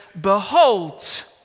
behold